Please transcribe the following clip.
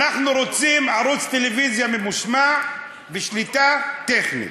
אנחנו רוצים ערוץ טלוויזיה ממושמע בשליטה טכנית.